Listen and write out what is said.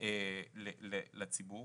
לציבור